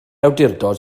awdurdod